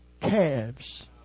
calves